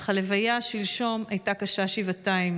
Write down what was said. אך הלוויה שלשום הייתה קשה שבעתיים.